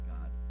God